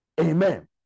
Amen